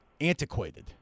antiquated